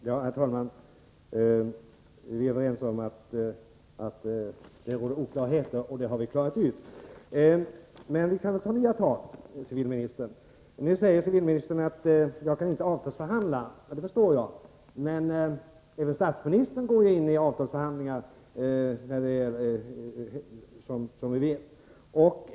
Herr talman! Vi är överens om att det råder oklarheter, och det har vi klarat av. Men vi kan väl ta nya tag, civilministern. Nu säger civilministern att han inte kan avtalsförhandla. Det förstår jag. Men även statsministern går ju ini avtalsförhandlingar, som vi vet.